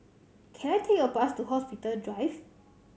can I take a bus to Hospital Drive